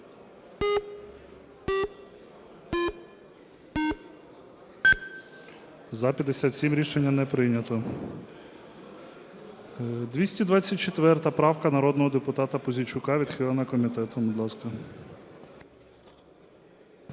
За-57 Рішення не прийнято. 224 правка народного депутата Пузійчука. Відхилена комітетом. Будь ласка.